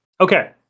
Okay